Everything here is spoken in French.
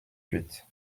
huit